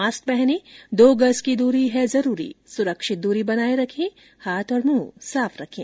mask पहनें दो गज की दूरी है जरूरी सुरक्षित दूरी बनाए रखे हाथ और मुंह साफ रखें